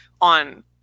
on